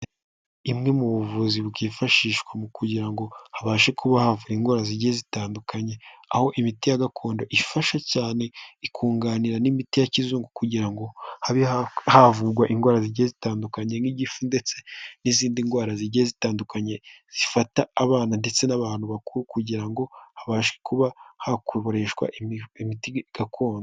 Imwe mu buvuzi bwifashishwa mu kugira ngo habashe kuba havurwa indwara zigiye zitandukanye, aho imiti ya gakondo ifasha cyane ikunganira n'imiti ya kizungu kugira ngo habe havurwa indwara zigiye zitandukanye nk'igifu ndetse n'izindi ndwara zigiye zitandukanye zifata abana ndetse n'abantu bakuru kugira ngo habashe kuba hakoreshwa imiti gakondo.